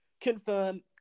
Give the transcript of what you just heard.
confirm